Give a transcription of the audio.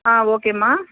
ஆ ஓகேம்மா